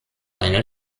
einer